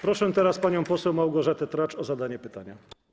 Proszę teraz panią poseł Małgorzatę Tracz o zadanie pytania.